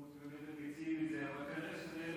אבל כנראה שזה לא,